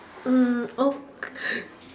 mm oh